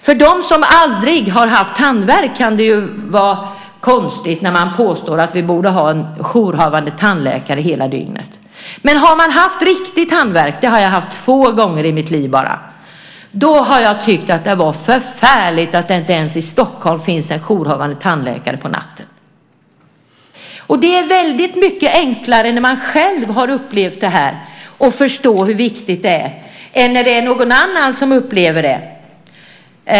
För dem som aldrig har haft tandvärk kan det tyckas konstigt att det borde finnas en jourhavande tandläkare hela dygnet. Men har man haft riktig tandvärk - det har jag haft två gånger i mitt liv - har det varit förfärligt att det inte ens i Stockholm finns en jourhavande tandläkare på natten. Det är enklare när man själv har upplevt något sådant och förstår hur viktigt det är än när någon annan upplever detta.